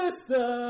Sister